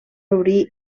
obrir